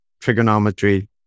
Trigonometry